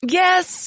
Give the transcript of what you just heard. yes